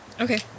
Okay